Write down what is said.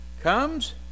comes